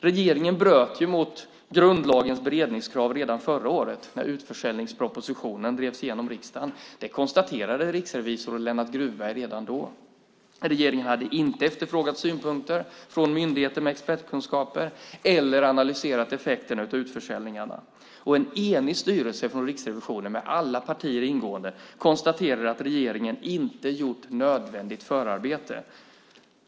Regeringen bröt mot grundlagens beredningskrav redan förra året när utförsäljningspropositionen drevs igenom i riksdagen. Det konstaterade riksrevisor Lennart Grufberg redan då. Regeringen hade inte efterfrågat synpunkter från myndigheter med expertkunskaper eller analyserat effekterna av utförsäljningarna. En enig styrelse i Riksrevisionen, med alla partier ingående, konstaterade att regeringen inte gjort nödvändigt förarbete.